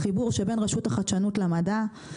הסוגיה של חיבור המדע וההייטק,